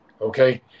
Okay